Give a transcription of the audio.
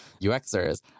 uxers